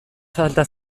falta